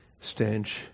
stench